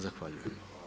Zahvaljujem.